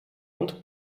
und